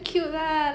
oh